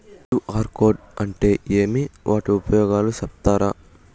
QR code అంటే ఏమి వాటి ఉపయోగాలు సెప్తారా?